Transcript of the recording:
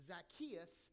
Zacchaeus